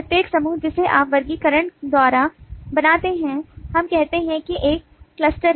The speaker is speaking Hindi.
प्रत्येक समूह जिसे आप वर्गीकरण द्वारा बनाते हैं हम कहते हैं कि एक क्लस्टर है